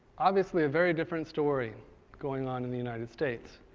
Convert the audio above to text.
obviously a very different story going on in the united states.